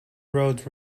roads